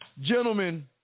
Gentlemen